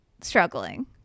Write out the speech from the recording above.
struggling